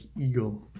Eagle